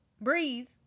breathe